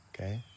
okay